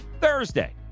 Thursday